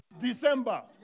December